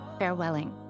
Farewelling